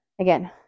again